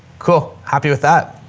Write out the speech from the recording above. cool. happy with that.